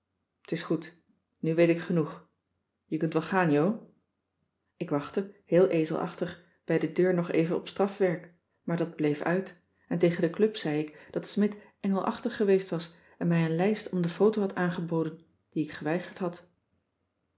t is goed nu weet ik genoeg je kunt wel gaan jo ik wachtte heel ezelachtig bij de deur nog even op strafwerk maar dat bleef uit en tegen de club cissy van marxveldt de h b s tijd van joop ter heul zei ik dat smidt engelachtig geweest was en mij een lijst om de foto had aangeboden die ik geweigerd had